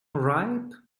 ripe